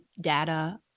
Data